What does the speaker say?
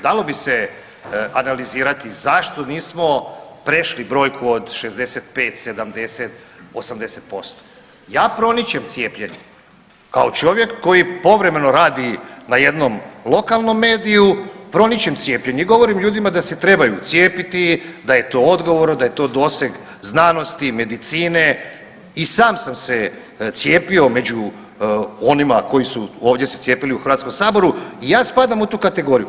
Dalo bi se analizirati zašto nismo prešli brojku od 67, 70, 80%, ja proničem cijepljenje kao čovjek koji povremeno radi na jednom lokalnom mediju proničem cijepljenje i govorim ljudima da se trebaju cijepiti, da je to odgovorno, da je to doseg znanosti, medicine i sam sam se cijepio među onima koji su ovdje se cijepili u HS-u i ja spadam u tu kategoriju.